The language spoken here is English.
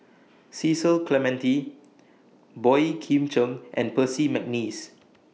Cecil Clementi Boey Kim Cheng and Percy Mcneice